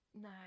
No